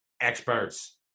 experts